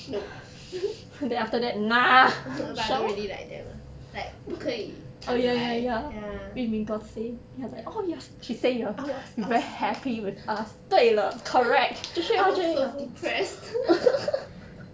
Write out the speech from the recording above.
nope she really like that mah like 不可以 I'm like ya orh ya I'm so depressed